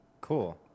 Cool